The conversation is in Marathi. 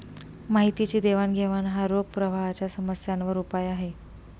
माहितीची देवाणघेवाण हा रोख प्रवाहाच्या समस्यांवर उपाय आहे